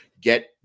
get